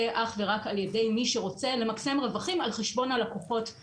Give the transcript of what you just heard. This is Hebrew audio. אך ורק על ידי מי שרוצה למקסם רווחים על חשבון הלקוחות.